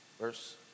verse